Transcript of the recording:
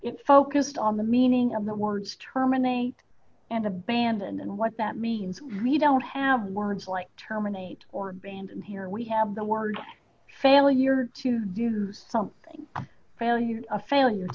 it's focused on the meaning of the words terminate and abandon and what that means we don't have words like terminate or banned and here we have the word failure to use something value a failure